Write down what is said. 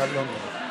אבל לא נורא.